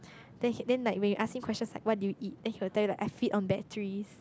then he then like when you ask him questions like what do you eat then he will tell you like I feed on batteries